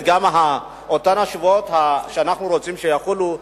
גם את אותם שבועות שאנחנו רוצים שיחולו,